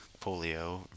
Polio